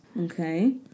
Okay